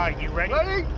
ah you ready?